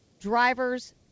drivers